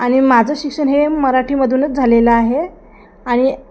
आणि माझं शिक्षण हे मराठीमधूनच झालेलं आहे आणि